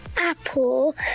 apple